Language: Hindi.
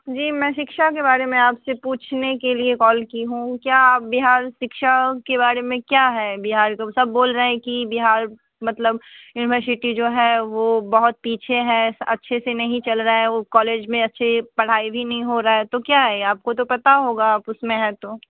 जी मैं शिक्षा के बारे में आप से पूछने के लिए कॉल की हूॅं क्या आप बिहार शिक्षा के बारे में क्या है बिहार के सब बोल रहे हैं कि बिहार मतलब यूनिवर्सिटी जो है वो बहुत पीछे है अच्छे से नहीं चल रहा है वह कॉलेज में अच्छे पढ़ाई भी नहीं हो रही है तो क्या है आपको तो पता होगा आप उसमें हैं तो